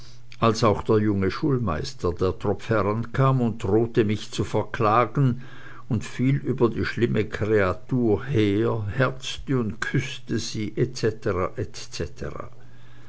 als auch der junge schulmeister der tropf herankam und drohete mich zu verklagen und fiel über die schlimme creatur her herzete und küssete sie